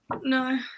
no